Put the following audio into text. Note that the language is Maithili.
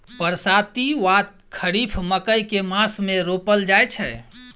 बरसाती वा खरीफ मकई केँ मास मे रोपल जाय छैय?